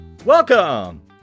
Welcome